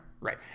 right